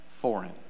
foreign